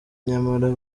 nyamara